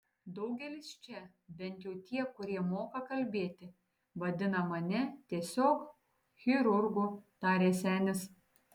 daugelis čia bent jau tie kurie moka kalbėti vadina mane tiesiog chirurgu tarė senis